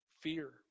fear